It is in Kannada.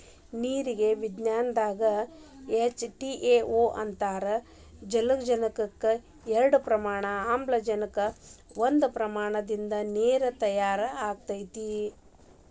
ನೇರಿಗೆ ವಿಜ್ಞಾನದಾಗ ಎಚ್ ಟಯ ಓ ಅಂತಾರ ಜಲಜನಕದ ಎರಡ ಪ್ರಮಾಣ ಆಮ್ಲಜನಕದ ಒಂದ ಪ್ರಮಾಣದಿಂದ ನೇರ ತಯಾರ ಆಗೆತಿ